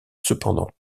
cependant